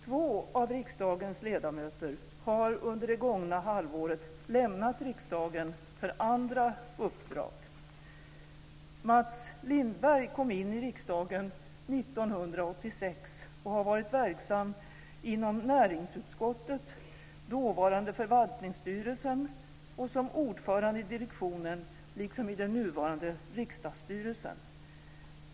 Två av riksdagens ledamöter har under det gångna halvåret lämnat riksdagen för andra uppdrag. Mats Lindberg kom in i riksdagen 1986 och har varit verksam inom näringsutskottet, dåvarande Förvaltningsstyrelsen och som ordförande i direktionen liksom i nuvarande Riksdagsstyrelsen.